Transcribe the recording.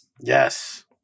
Yes